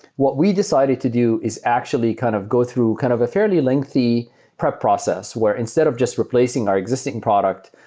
what we decided to do is actually kind of go through kind of a fairly lengthy prep process where instead of just replacing our existing product,